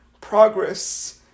progress